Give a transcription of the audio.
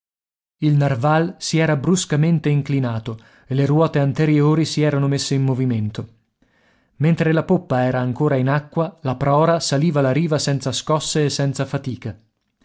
il narval si era bruscamente inclinato e le ruote anteriori si erano messe in movimento mentre la poppa era ancora in acqua la prora saliva la riva senza scosse e senza fatica